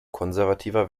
konservativer